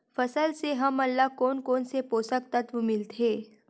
फसल से हमन ला कोन कोन से पोषक तत्व मिलथे?